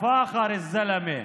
אפילו מחמוד עבאס,